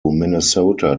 minnesota